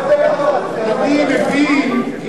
תראה איזה פרצופים מודאגים אצל הליכוד.